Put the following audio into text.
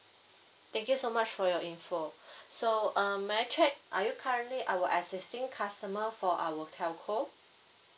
thank you so much for your info so um may I check are you currently our existing customer for our telco